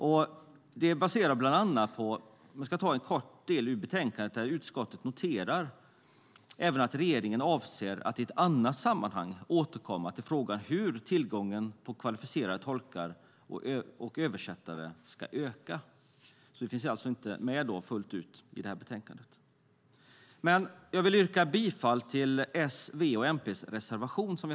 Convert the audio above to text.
Jag ska läsa kort ur betänkandet: Utskottet noterar även att regeringen avser att i ett annat sammanhang återkomma till frågan hur tillgången på kvalificerade tolkar och översättare ska öka. Det finns alltså inte med fullt ut i betänkandet. Jag vill yrka bifall till S, V:s och MP:s reservation.